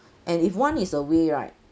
and if one is away right